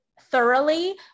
thoroughly